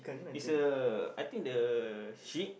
is a I think the sheep